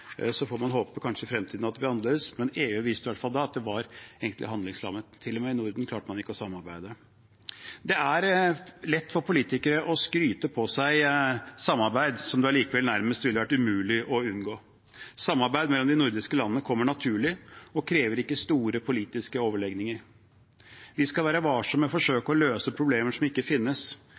Så får man håpe at det kanskje blir annerledes i fremtiden, men EU viste i hvert fall da at det egentlig var handlingslammet. Ikke engang i Norden klarte man å samarbeide. Det er lett for politikere å skryte på seg samarbeid som det allikevel nærmest ville vært umulig å unngå. Samarbeid mellom de nordiske landene kommer naturlig og krever ikke store politiske overlegninger. Vi skal være varsomme med å forsøke å løse problemer som ikke finnes.